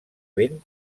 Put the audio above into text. ben